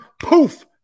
poof